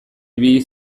ibili